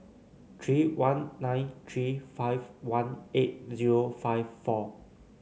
three one nine three five one eight zero five four